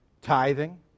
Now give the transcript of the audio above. tithing